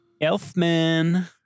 Elfman